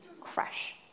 crash